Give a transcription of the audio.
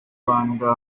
rwanda